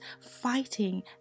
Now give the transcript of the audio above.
fighting